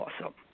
awesome